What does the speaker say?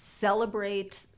celebrate